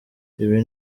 ibi